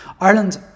Ireland